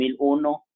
2001